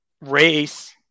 Race